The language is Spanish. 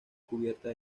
cubierta